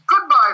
goodbye